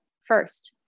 First